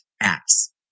acts